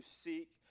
seek